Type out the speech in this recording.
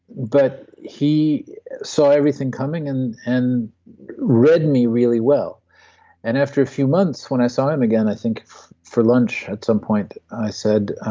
but he saw everything coming and and read me really well and after a few months when i saw him again, i think for lunch at some point, i said,